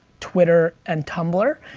twitter and tumblr.